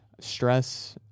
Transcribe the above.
Stress